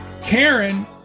Karen